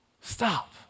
Stop